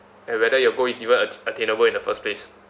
and whether you goal is even a~ attainable in the first place